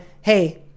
hey